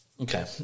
Okay